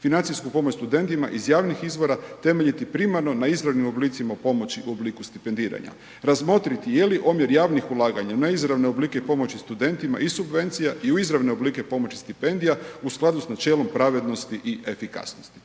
Financijsku pomoć studentima iz javnih izvora temeljiti primarno na izravnim oblicima pomoći u obliku stipendiranja. Razmotriti je li omjer javnih ulaganja na izravne oblike pomoći studentima i subvencija i u izravne oblike pomoći stipendija u skladu s načelom pravednosti i efikasnosti.